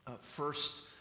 first